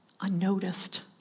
Unnoticed